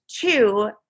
two